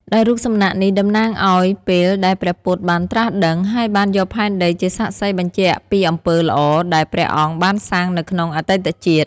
ដែលរូបសំណាកនេះតំណាងឱ្យពេលដែលព្រះពុទ្ធបានត្រាស់ដឹង ហើយបានយកផែនដីជាសាក្សីបញ្ជាក់ពីអំពើល្អដែលព្រះអង្គបានសាងនៅក្នុងអតីតជាតិ។